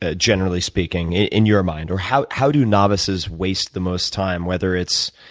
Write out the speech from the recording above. ah generally speaking, in your mind? or how how do novices waste the most time, whether it's